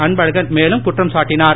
அன்பழகன் மேலும் குற்றம் சாட்டினார்